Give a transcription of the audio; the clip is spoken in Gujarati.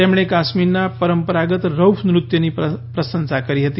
તેમણે કાશ્મીરના પરંપરા રઉફ નૃત્યની પ્રશંસા કરી હતી